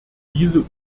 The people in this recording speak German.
diese